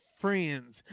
friends